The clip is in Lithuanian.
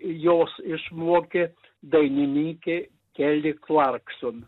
jos išmokė dainininkė keli klarkson